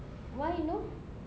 why no